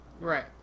right